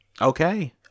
Okay